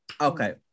Okay